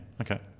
okay